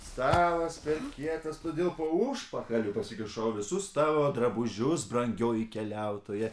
stalas per kietas todėl po užpakaliu pasikišau visus tavo drabužius brangioji keliautoja